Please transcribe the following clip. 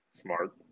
Smart